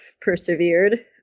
persevered